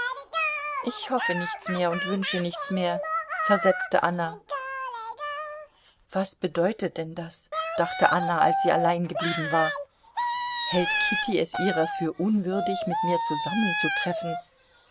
ich hoffe nichts mehr und wünsche nichts mehr versetzte anna was bedeutet denn das dachte anna als sie allein geblieben war hält kitty es ihrer für unwürdig mit mir